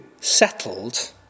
settled